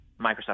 Microsoft